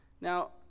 Now